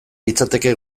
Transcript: litzateke